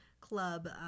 club